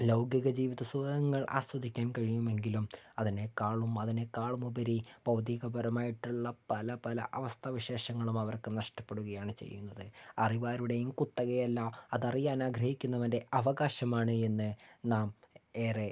ലൗകിക ജീവിത സുഖങ്ങൾ ആസ്വദിക്കാൻ കഴിയുമെങ്കിലും അതിനേക്കാളും അതിനേക്കാളും ഉപരി ഭൗതികപരമായിട്ടുള്ള പല പല അവസ്ഥാ വിശേഷങ്ങളും അവർക്ക് നഷ്ടപ്പെടുകയാണ് ചെയ്യുന്നത് അറിവാരുടെയും കുത്തകയല്ല അതറിയാനാഗ്രഹിക്കുന്നവൻ്റെ അവകാശമാണ് എന്ന് നാം ഏറെ